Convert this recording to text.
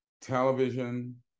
television